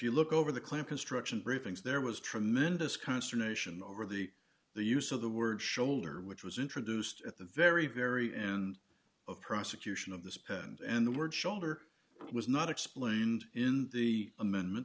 you look over the clam construction briefings there was tremendous consternation over the the use of the word shoulder which was introduced at the very very end of prosecution of this and the word shoulder was not explained in the amendment